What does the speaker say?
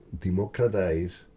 democratize